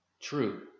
True